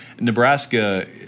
Nebraska